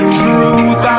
truth